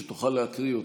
שתוכל להקריא אותם.